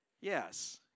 Yes